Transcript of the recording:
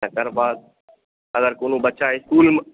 अगर कोनो बच्चा इसकुलमे